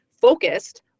focused